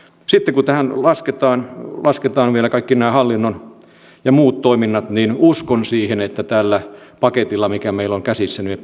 sitten kun tähän lasketaan lasketaan vielä kaikki nämä hallinnon ja muiden toiminnat niin uskon siihen että tällä paketilla mikä meillä on käsissä me